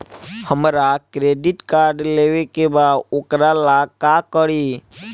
हमरा credit card लेवे के बा वोकरा ला का करी?